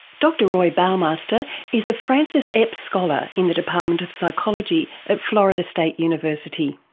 dr roy baumeister is a francis epps scholar in the department of psychology at florida state university.